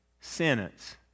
sentence